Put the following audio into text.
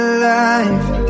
alive